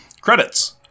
Credits